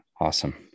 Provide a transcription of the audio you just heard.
Awesome